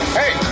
hey